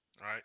Right